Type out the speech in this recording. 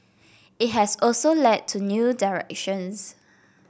it has also led to new directions